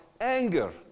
anger